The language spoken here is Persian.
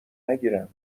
نگیرند